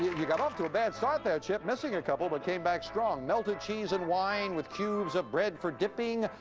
you got off to a bad start there, chip, missing a couple, but came back strong. melted cheese and wine with cubes of bread for dipping.